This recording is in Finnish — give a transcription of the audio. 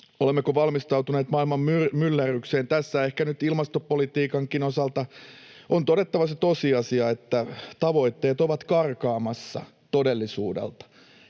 Olemmeko valmistautuneet maailman myllerrykseen? — Tässä ehkä nyt ilmastopolitiikankin osalta on todettava se tosiasia, että tavoitteet ovat karkaamassa todellisuudelta,